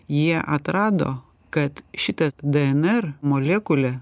jie atrado kad šita dnr molekulė